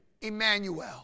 Emmanuel